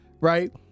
right